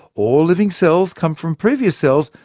all living cells come from previous cells,